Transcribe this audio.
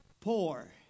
poor